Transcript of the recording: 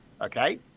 Okay